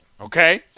okay